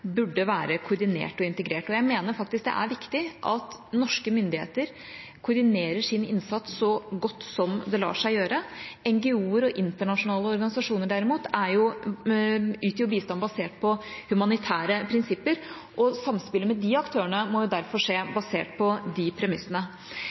burde være koordinert og integrert. Jeg mener faktisk det er viktig at norske myndigheter koordinerer sin innsats så godt som det lar seg gjøre. NGO-er og internasjonale organisasjoner, derimot, yter bistand basert på humanitære prinsipper, og samspillet med de aktørene må derfor skje